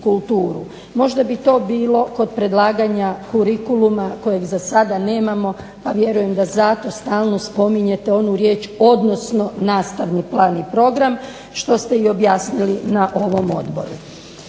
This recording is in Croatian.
Možda bi to bilo kod predlaganja kurikuluma kojeg za sada nemamo pa vjerujem da zato stalno spominjete riječ odnosno nastavni plan i program, što ste i objasnili na ovom odboru.